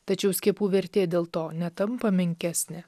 tačiau skiepų vertė dėl to netampa menkesnė